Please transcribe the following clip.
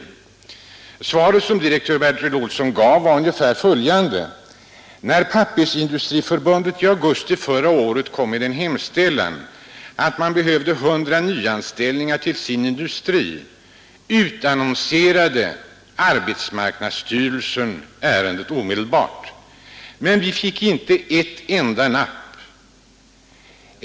Det svar som generaldirektör Bertil Olsson då gav var ungefär följande: När Pappersindustriförbundet i augusti förra året anmälde behov av 100 nyanställningar inom sitt område utannonserades ärendet omedelbart av AMS, men vi fick inte ett enda napp.